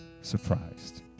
surprised